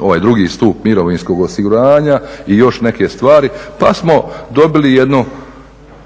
ovaj drugi stup mirovinskog osiguranja i još neke stvari, pa smo dobili jednu